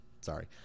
Sorry